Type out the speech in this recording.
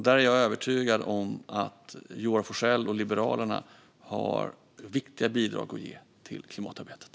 Där är jag övertygad om att Joar Forssell och Liberalerna har viktiga bidrag att ge till klimatarbetet.